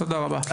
תודה רבה.